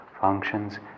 functions